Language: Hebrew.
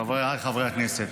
חבריי חברי הכנסת,